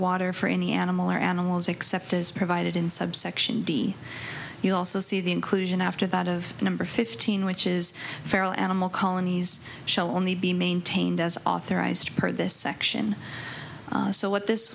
water for any animal or animals except as provided in subsection d you also see the inclusion after that of the number fifteen which is feral animal colonies shall only be maintained as authorized per this section so what this